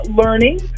learning